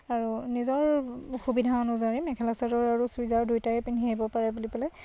আৰু নিজৰ সুবিধা অনুযায়ী মেখেলা চাদৰ আৰু চুৰিজাৰ দুয়োটাই পিন্ধি আহিব পাৰে বুলি পেলাই